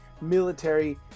military